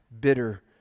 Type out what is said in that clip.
bitter